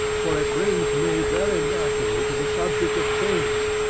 for it brings me very naturally to the subject of change,